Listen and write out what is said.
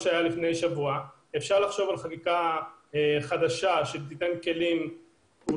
ואפשר לחשוב על חקיקה חדשה שתיתן כלים אזרחיים